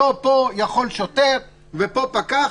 לא שפה יכול שוטר ופה פקח.